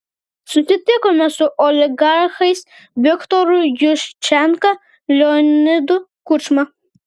susitikome su oligarchais viktoru juščenka leonidu kučma